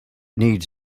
needs